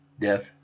Death